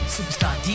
Superstar